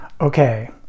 okay